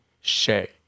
Shay